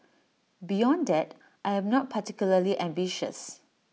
beyond that I am not particularly ambitious